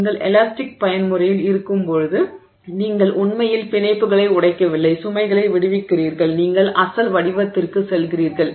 நீங்கள் எலாஸ்டிக் பயன்முறையில் இருக்கும்போது நீங்கள் உண்மையில் பிணைப்புகளை உடைக்கவில்லை சுமைகளை விடுவிக்கிறீர்கள் நீங்கள் அசல் வடிவத்திற்குச் செல்கிறீர்கள்